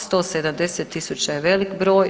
170 000 je velik broj.